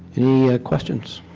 any questions?